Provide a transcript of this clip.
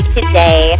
Today